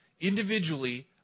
individually